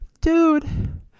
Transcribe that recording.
Dude